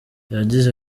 yagize